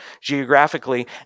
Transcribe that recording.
geographically